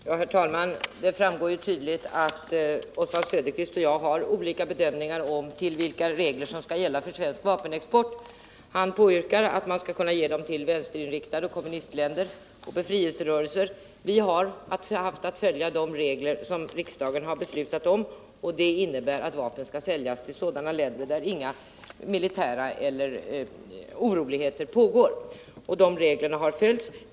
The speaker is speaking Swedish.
Herr talman! Det framgår tydligt att Oswald Söderqvist och jag gör olika bedömningar av vilka regler som skall gälla för svensk vapenexport. Han påyrkar att man skall kunna exportera till vänsterinriktade länder, kommunistländer och till befrielserörelser. Vi har haft att följa de regler riksdagen beslutat om, och det innebär att vapen skall säljas till länder där inga oroligheter pågår. De reglerna har följts.